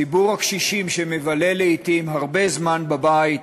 ציבור הקשישים שמבלה לעתים הרבה זמן בבית,